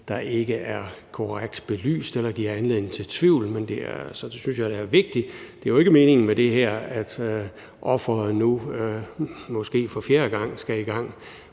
der ikke er korrekt belyst eller giver anledning til tvivl. Men det er, og det synes jeg er vigtigt, jo ikke meningen med det her, at offeret nu måske for fjerde gang skal i gang